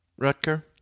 Rutger